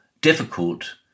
difficult